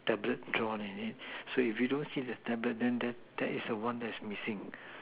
tablet drawn in it so if you don't see the tablet then that that is the one that is missing